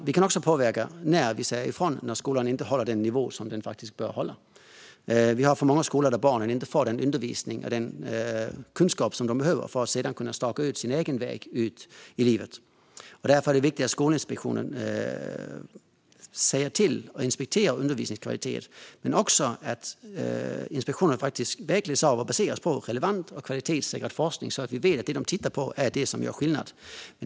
Vi kan också påverka när vi säger ifrån när skolan inte håller den nivå som den faktiskt bör hålla. Vi har för många skolor där barnen inte får den undervisning och den kunskap de behöver för att sedan kunna staka ut sin egen väg i livet. Därför är det viktigt att Skolinspektionen säger till och inspekterar undervisningskvaliteten men också att inspektionen vägleds av och baseras på relevant och kvalitetssäkrad forskning så att vi vet att det man tittar på är det som gör skillnad.